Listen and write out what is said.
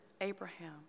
Abraham